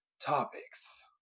topics